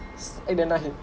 act damn nice eh